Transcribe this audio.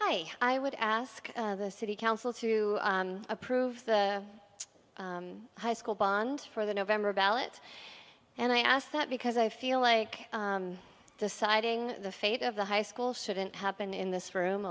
hi i would ask the city council to approve high school bonds for the november ballot and i asked that because i feel like deciding the fate of the high school shouldn't happen in this room